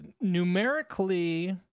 numerically